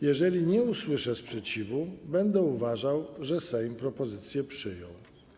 Jeżeli nie usłyszę sprzeciwu, będę uważał, że Sejm propozycję przyjął.